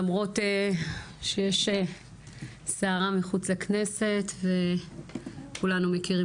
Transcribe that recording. למרות שיש סערה מחוץ לכנסת וכולנו מכירים